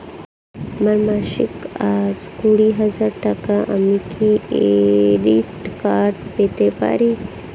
আমার মাসিক আয় কুড়ি হাজার টাকা আমি কি ক্রেডিট কার্ড পেতে পারি?